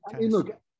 Look